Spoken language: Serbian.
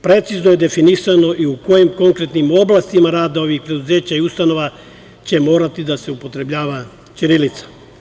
Precizno je definisano i u kojim konkretnim oblastima rada ovih preduzeća i ustanova će morati da se upotrebljava ćirilica.